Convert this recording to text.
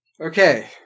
Okay